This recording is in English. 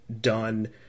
done